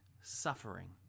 suffering